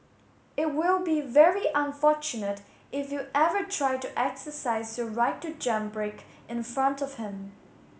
it will be very unfortunate if you ever try to exercise your right to jam brake in front of him